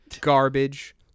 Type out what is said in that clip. garbage